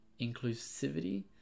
inclusivity